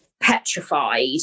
petrified